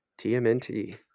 TMNT